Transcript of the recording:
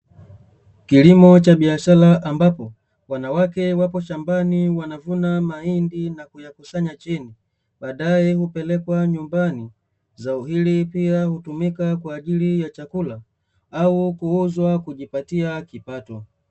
Kilimo cha biashara ambapo, wanawake wapo shambani wanavuna mahindi na kuyakusanya chini, baadae hupelekwa nyumbani, zao hili pia hutumika kwa ajili ya chakula au kuuzwa kujipatia kipato.